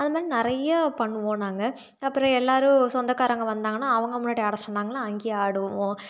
அது மாதிரி நிறைய பண்ணுவோம் நாங்கள் அப்புறம் எல்லாேரும் சொந்தக்காரவங்க வந்தாங்கன்னால் அவங்க முன்னாடி ஆட சொன்னாங்கன்னால் அங்கேயும் ஆடுவோம்